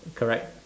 correct